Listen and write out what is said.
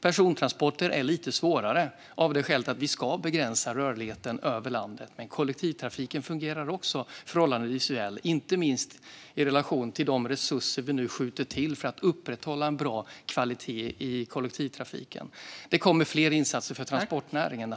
Persontransporter är lite svårare av det skälet att vi ska begränsa rörligheten över landet, men kollektivtrafiken fungerar förhållandevis väl, inte minst i relation till de resurser vi nu skjuter till för att upprätthålla en bra kvalitet i kollektivtrafiken. Det kommer naturligtvis fler insatser för transportnäringen.